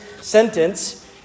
sentence